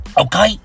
Okay